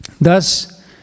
Thus